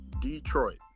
Detroit